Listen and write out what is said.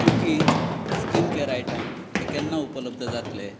cookies skin care item हे केन्ना उपलब्ध जातले